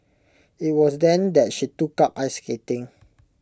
IT was then that she took up ice skating